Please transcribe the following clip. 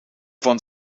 van